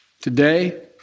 Today